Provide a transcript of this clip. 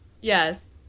Yes